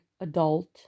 adult